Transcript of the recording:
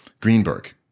Greenberg